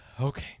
Okay